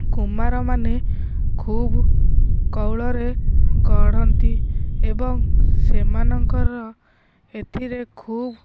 କୁମ୍ଭାରମାନେ ଖୁବ୍ କୌଳରେ ଗଢ଼ନ୍ତି ଏବଂ ସେମାନଙ୍କର ଏଥିରେ ଖୁବ୍